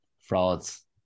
frauds